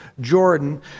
Jordan